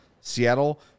Seattle